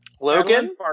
Logan